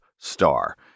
star